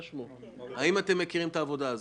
אנחנו מכירים.